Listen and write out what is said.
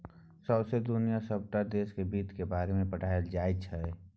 सौंसे दुनियाक सबटा देश मे बित्त केर बारे मे पढ़ाएल जाइ छै